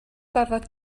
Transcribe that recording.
gorfod